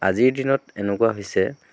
আজিৰ দিনত এনেকুৱা হৈছে